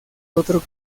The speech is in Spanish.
otro